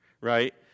right